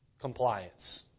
Compliance